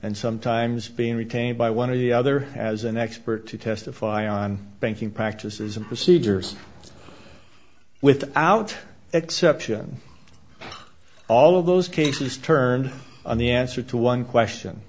and sometimes being retained by one of the other as an expert to testify on banking practices and procedures without exception all of those cases turned on the answer to one question